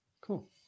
Cool